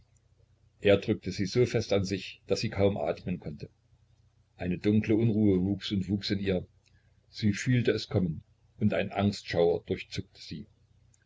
er drückte sie so fest an sich daß sie kaum atmen konnte eine dunkle unruhe wuchs und wuchs in ihr sie fühlte es kommen und ein angstschauer durchzuckte sie